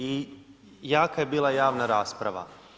I jaka je bila javna rasprava.